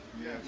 Yes